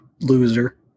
Loser